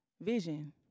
vision